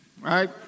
Right